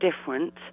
different